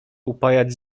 upajać